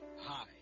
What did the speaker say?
Hi